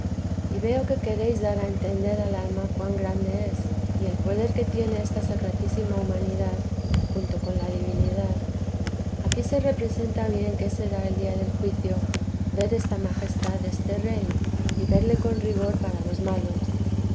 y veo que queréis dar a entender al alma cuan grande es y el poder que tiene esta sacratísima humanidad junto con la divinidad aquí se representa bien qué será el día del juicio ver esta majestad deste rey y verle con rigor para los malos